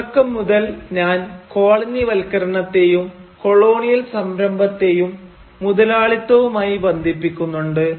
തുടക്കം മുതൽ ഞാൻ കോളനിവൽക്കരണത്തെയും കോളോണിയൽ സംരംഭത്തെയും മുതലാളിത്തവുമായി ബന്ധിപ്പിക്കുന്നുണ്ട്